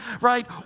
right